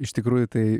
iš tikrųjų tai